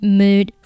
mood